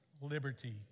liberty